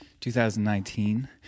2019